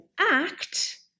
act